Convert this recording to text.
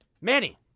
Manny